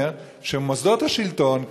הווי אומר שמוסדות השלטון,